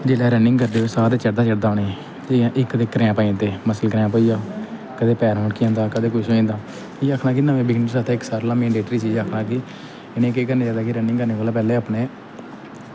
जिसलै रनिंग करदे साह् ते चढ़दा गै चढ़दा उनेंगी ते इक ते क्रैंप आई जंदे मसल क्रैंप होई गेआ कदें पैर अड़की जंदा कदें किश होई जंदा इयै आक्खनां कि नमें बिगेनेर आस्तै सारें कोला मैंडट्री चीज़ आक्खना कि इ'नेंगी केह् करना चाहिदा कि रनिंग करने कोला पैह्लें अपने